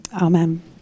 amen